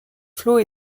flots